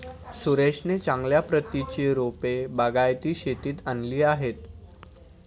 सुरेशने चांगल्या प्रतीची रोपे बागायती शेतीत आणली आहेत